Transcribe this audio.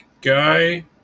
guy